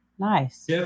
Nice